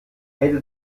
hätte